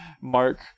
Mark